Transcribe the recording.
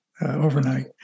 overnight